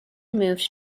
moved